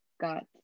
got